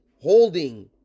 holding